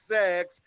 sex